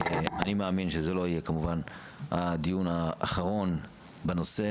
אני מאמין שזה לא יהיה כמובן הדיון האחרון בנושא,